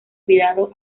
cuidado